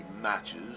matches